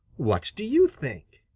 what do you think?